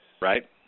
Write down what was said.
right